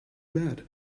bad